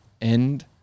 end